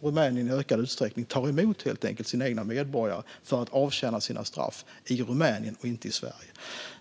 Rumänien tar helt enkelt i större utsträckning emot sina egna medborgare för att de ska avtjäna sina straff i Rumänien och inte i Sverige.